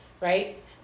right